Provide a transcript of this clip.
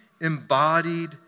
embodied